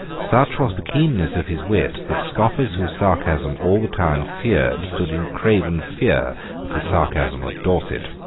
such was the keenness of his wit that scoffers whose sarcasm all the town feared stood in craven fear of the sarcasm of dorset.